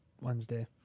Wednesday